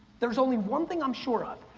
there's only one thing i'm sure of,